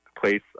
place